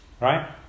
Right